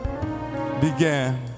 began